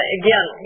again